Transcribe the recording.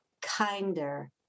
kinder